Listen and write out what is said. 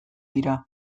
dira